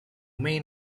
main